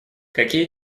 какие